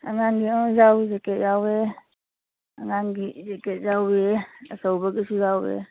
ꯑꯉꯥꯡꯒꯤ ꯌꯥꯎꯏ ꯖꯦꯛꯀꯦꯠ ꯌꯥꯎꯋꯦ ꯑꯉꯥꯡꯒꯤ ꯖꯦꯛꯀꯦꯠ ꯌꯥꯎꯔꯤ ꯑꯆꯧꯕꯒꯤꯁꯨ ꯌꯥꯎꯔꯤ